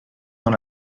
dans